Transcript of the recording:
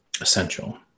essential